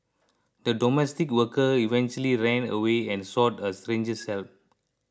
the domestic worker eventually ran away and sought a stranger's help